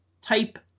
type